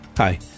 Hi